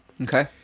Okay